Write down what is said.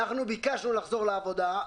אנחנו ביקשנו לחזור לעבודה,